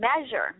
measure